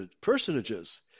personages